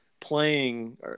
playing